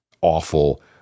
awful